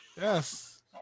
Yes